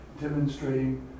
Demonstrating